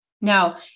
Now